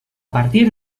partir